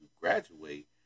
graduate